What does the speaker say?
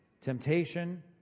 Temptation